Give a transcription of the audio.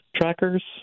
trackers